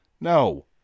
No